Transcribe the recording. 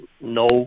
no